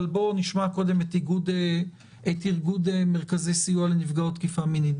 בואו נשמע קודם את איגוד מרכזי הסיוע לנפגעות תקיפה מינית,